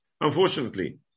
Unfortunately